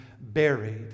buried